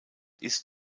ist